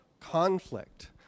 conflict